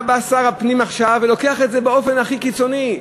למה בא שר הפנים עכשיו ולוקח את זה באופן הכי קיצוני?